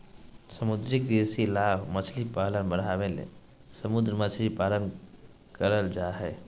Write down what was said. समुद्री कृषि लाभ मछली पालन बढ़ाबे ले समुद्र मछली पालन करल जय हइ